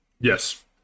Yes